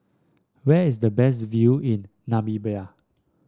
where is the best view in Namibia